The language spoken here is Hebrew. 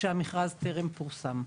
כשהמכרז טרם פורסם.